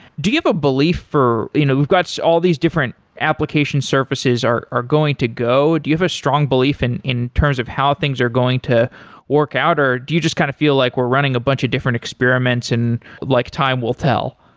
do you have a belief for you know we've got all these different application surfaces are are going to go. do you have a strong belief and in terms of how things are going to work out, or do you just kind of feel like we're running a bunch of different experiments and like time will tell?